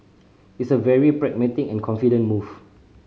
it's a very pragmatic and confident move